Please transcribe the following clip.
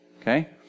Okay